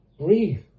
breathe